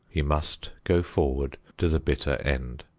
he must go forward to the bitter end.